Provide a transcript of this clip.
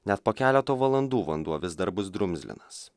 net po keleto valandų vanduo vis dar bus drumzlinas